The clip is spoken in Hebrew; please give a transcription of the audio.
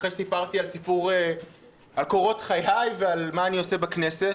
אחרי שסיפרתי על קורות חיי ועל מה שאני עושה בכנסת,